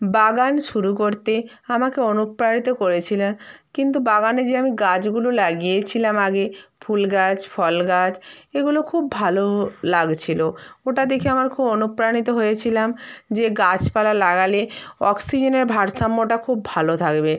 বাগান শুরু করতে আমাকে অনুপ্রাণিত করেছিলেন কিন্তু বাগানে যে আমি গাছগুলো লাগিয়েছিলাম আগে ফুল গাছ ফল গাছ এগুলো খুব ভালো লাগছিলো ওটা দেখে আমার খুব অনুপ্রাণিত হয়েছিলাম যে গাছপালা লাগালে অক্সিজেনের ভারসাম্যটা খুব ভালো থাকবে